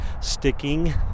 sticking